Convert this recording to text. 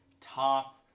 top